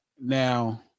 Now